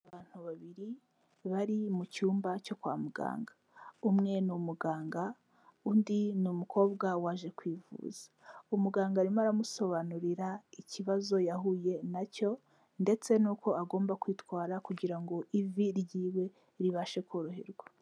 Abantu babiri bari mu cyumba cyo kwa muganga, umwe ni umuganga undi ni umukobwa waje kwivuza, umuganga arimo aramusobanurira ikibazo yahuye nacyo ndetse n'uko agomba kwitwara kugira ngo ivi ryiwe ribashe koroherwa.